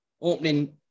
opening